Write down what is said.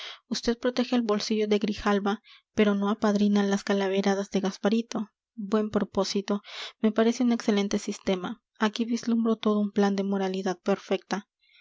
vd protege el bolsillo de grijalva pero no apadrina las calaveradas de gasparito buen propósito me parece un excelente sistema aquí vislumbro todo un plan de moralidad perfecta